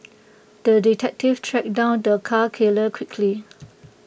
the detective tracked down the cat killer quickly